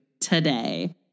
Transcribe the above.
today